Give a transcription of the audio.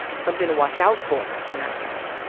something to watch out for in ourselves.